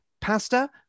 pasta